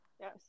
yes